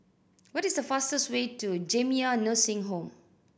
what is the fastest way to Jamiyah Nursing Home